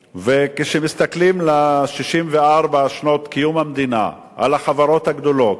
כשמסתכלים ב-64 שנות קיום המדינה על החברות הגדולות,